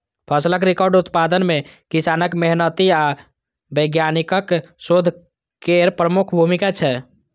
फसलक रिकॉर्ड उत्पादन मे किसानक मेहनति आ वैज्ञानिकक शोध केर प्रमुख भूमिका छै